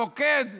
הפוקד מחליט,